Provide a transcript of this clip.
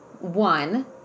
One